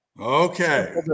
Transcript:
Okay